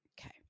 Okay